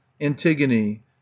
Antigone